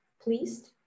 pleased